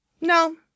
no